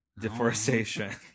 Deforestation